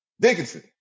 Dickinson